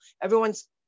Everyone's